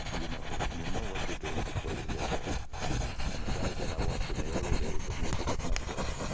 you know you know what you're doing before you get there and the guys that i watched in the early days of music at metro,